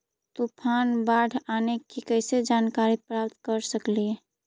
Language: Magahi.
तूफान, बाढ़ आने की कैसे जानकारी प्राप्त कर सकेली?